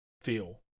feel